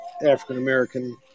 African-American